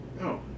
No